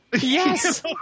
Yes